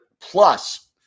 plus